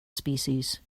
species